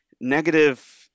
negative